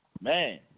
man